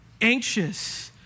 anxious